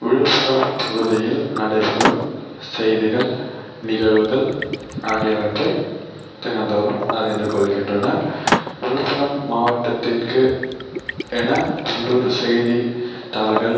விழுப்புரம் பகுதியில் நடைபெறும் செய்திகள் நிகழ்வுகள் ஆகியவற்றை தினந்தோறும் அறிந்து கொள்கின்றன விழுப்புரம் மாவட்டத்திற்கு என உள்ளூர் செய்தி தாள்கள்